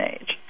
age